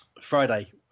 Friday